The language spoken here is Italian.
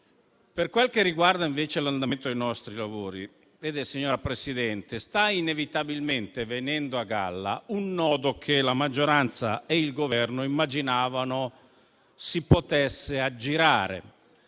Per quel che riguarda invece l'andamento dei nostri lavori, signora Presidente, sta inevitabilmente venendo a galla un nodo che la maggioranza e il Governo immaginavano si potesse aggirare.